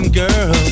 girl